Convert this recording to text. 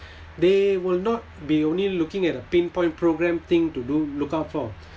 they will not be only looking at a pinpoint program thing to do look out for